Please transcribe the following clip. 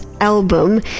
album